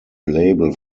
label